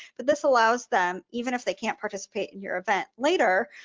but this allows them even if they can't participate in your event later,